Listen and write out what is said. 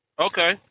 Okay